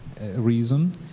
reason